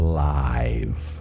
live